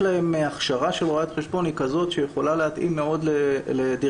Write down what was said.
הכשרה של רואת חשבון היא כזאת שיכולה להתאים מאוד לדירקטוריונים.